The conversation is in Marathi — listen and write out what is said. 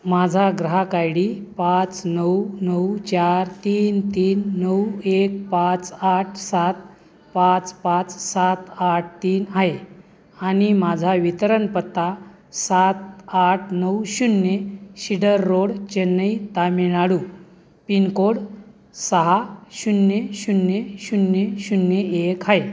माझा ग्राहक आय डी पाच नऊ नऊ चार तीन तीन नऊ एक पाच आठ सात पाच पाच सात आठ तीन आहे आणि माझा वितरण पत्ता सात आठ नऊ शून्य shredder road Chennai Tamil Nadu pin code सहा शून्य शून्य शून्य शून्य एक आहे